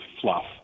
fluff